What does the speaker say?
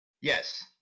Yes